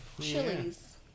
chilies